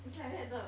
it's like that 的